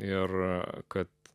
ir kad